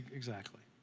exactly.